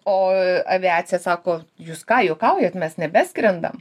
o aviacija sako jūs ką juokaujat mes nebeskrendam